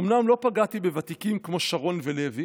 אומנם לא פגעתי בוותיקים כמו שרון ולוי,